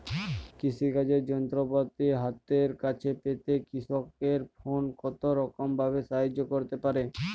কৃষিকাজের যন্ত্রপাতি হাতের কাছে পেতে কৃষকের ফোন কত রকম ভাবে সাহায্য করতে পারে?